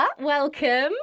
Welcome